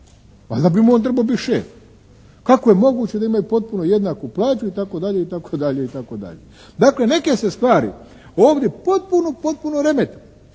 Valjda bi mu on trebao biti šef. Kako je moguće da imaju potpuno jednaku plaću itd., itd., itd. Dakle, neke se stvari ovdje potpuno, potpuno remete